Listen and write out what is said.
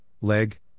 Leg